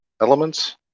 elements